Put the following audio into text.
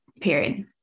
period